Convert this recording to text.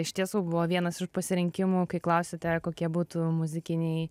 iš tiesų buvo vienas iš pasirinkimų kai klausėte kokie būtų muzikiniai